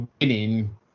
winning